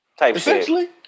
Essentially